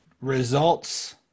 results